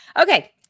Okay